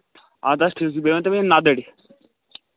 اَدٕ حظ ٹھیٖک چھُ بیٚیہِ ؤنۍتو مےٚ نَدٕرۍ